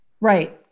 Right